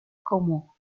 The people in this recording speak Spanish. como